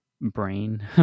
brain